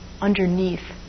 underneath